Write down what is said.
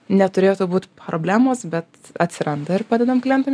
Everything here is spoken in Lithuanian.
neturėtų būt problemos bet atsiranda ir padedam klientam